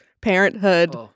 parenthood